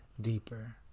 deeper